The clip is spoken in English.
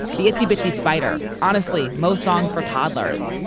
the itsy bitsy spider, honestly, most songs for toddlers.